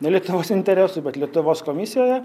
ne lietuvos interesų bet lietuvos komisijoje